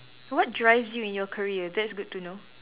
what drives you in your career that's good to know